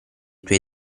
tuoi